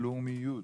על לאומיות,